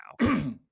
now